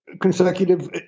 consecutive